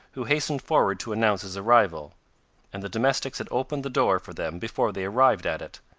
who hastened forward to announce his arrival and the domestics had opened the door for them before they arrived at it.